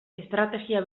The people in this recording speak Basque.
estrategia